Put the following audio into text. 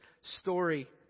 story